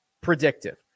predictive